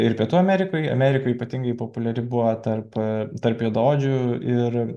ir pietų amerikoj amerikoj ypatingai populiari buvo tarp tarp juodaodžių ir